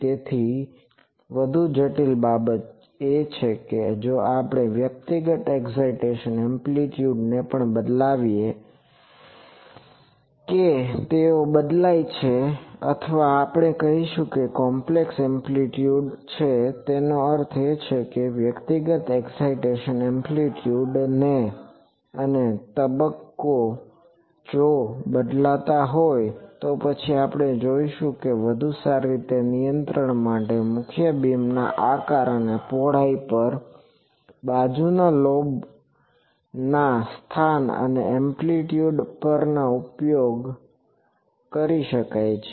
તેથી જ વધુ જટિલ બાબત એ છે કે જો આપણે વ્યક્તિગત એકસાઈટેશન એમ્પ્લીટયુડ ને પણ બદલાવીએ કે તેઓ બદલાય છે અથવા આપણે કહીશું કે કોમ્પ્લેક્સ એમ્પલીટ્યુડ છે તેનો અર્થ એ કે વ્યક્તિગત એકસાઈટેશન એમ્પ્લીટયુડ ને અને તબક્કો જો તે બદલાતા હોય તો પછી આપણે જોશું કે વધુ સારી રીતે નિયંત્રણ માટે મુખ્ય બીમના આકાર અને પહોળાઈ પર અને બાજુના લોબના સ્થાન અને એમ્પલીટ્યુડ પર ઉપયોગ કરી શકાય છે